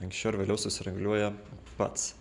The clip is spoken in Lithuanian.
anksčiau ar vėliau susireguliuoja pats